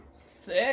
sick